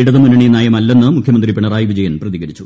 ഇടതുമുന്നണി നയമല്ലെന്ന് മുഖ്യമന്ത്രി പിണറായി വിജയൻ പ്രതികരിച്ചു